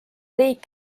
riik